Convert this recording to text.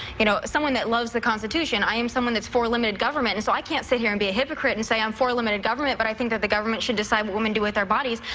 you know, someone that loves the constitution. i am someone that's for limited government, and so i can't sit here and be a hypocrite and say i'm for limited government but i think that the government should decide what women do with their bodies.